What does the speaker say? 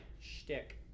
shtick